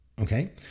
Okay